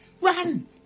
Run